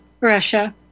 Russia